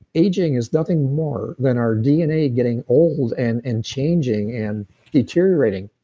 aging is nothing more than our dna getting old, and and changing, and deteriorating.